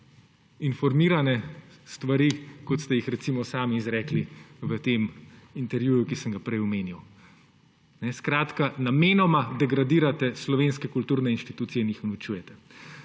informiranih stvari, kot ste jih recimo sami izrekli v tistem intervjuju, ki sem ga prej omenil. Namenoma degradirate slovenske kulturne inštitucije in jih uničujete.